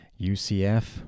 UCF